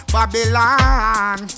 Babylon